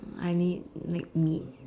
I need like meat